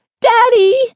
Daddy